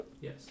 Yes